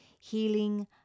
Healing